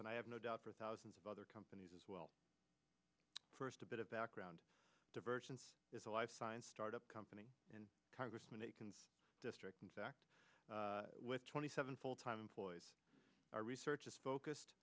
and i have no doubt for thousands of other companies as well first a bit of background divergence is a life science startup company in congressman akin's district in fact with twenty seven full time employees our research is focused